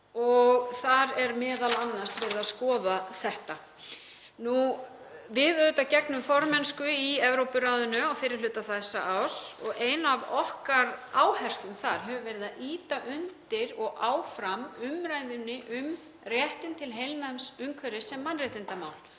og þar er m.a. verið að skoða þetta. Við gegnum formennsku í Evrópuráðinu á fyrri hluta þessa árs og ein af okkar áherslum þar hefur verið ýta undir og ýta áfram umræðunni um réttinn til heilnæms umhverfis sem mannréttindamál